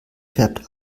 färbt